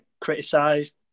criticised